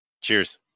Cheers